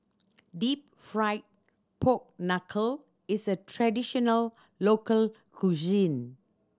Deep Fried Pork Knuckle is a traditional local cuisine